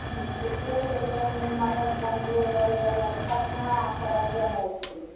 ठिके छै तऽ अइ पटना आओर तरफ जेनाइ छै